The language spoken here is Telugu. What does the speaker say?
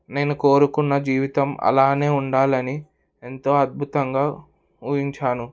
నేను కోరుకున్న జీవితం అలానే ఉండాలని ఎంతో అద్భుతంగా ఊహించాను